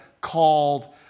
called